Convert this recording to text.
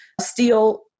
steel